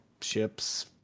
ships